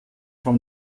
from